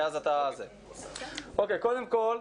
קודם כל,